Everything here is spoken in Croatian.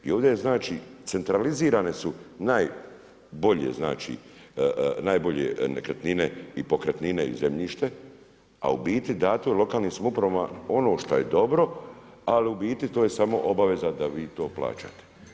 I ovdje je znači, centralizirane su najbolje znači, najbolje nekretnine i pokretnine i zemljište, a u biti dato je lokalnim samoupravama ono što je dobro, ali u biti to je samo obaveza da vi to plaćate.